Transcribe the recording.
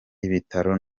ibitaro